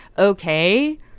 Okay